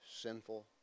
sinful